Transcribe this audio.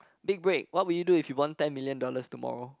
big break what would you do if you won ten million dollars tomorrow